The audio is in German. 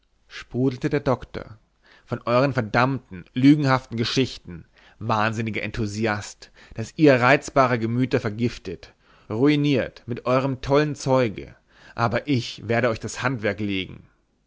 sprudelte der doktor von euren verdammten lügenhaften geschichten wahnsinniger enthusiast daß ihr reizbare gemüter vergiftet ruiniert mit eurem tollen zeuge aber ich werde euch das handwerk legen